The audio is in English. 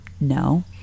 No